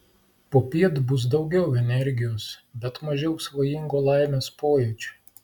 popiet bus daugiau energijos bet mažiau svajingo laimės pojūčio